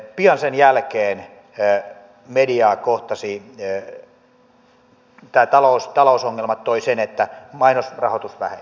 pian sen jälkeen mediaa kohtasi se että tämä talousongelma toi sen että mainosrahoitus väheni